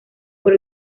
por